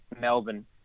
Melbourne